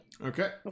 Okay